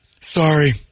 Sorry